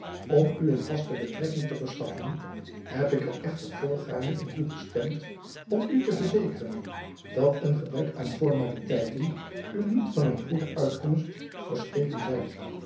om u een vaste betrekking te verschaffen heb ik er echter volgaarne in toegestemd om u te verzekeren dat een gebrek aan formaliteiten u niet van een goede uitkomst versteken zal